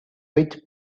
which